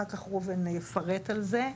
אחר כך ראובן יפרט על זה,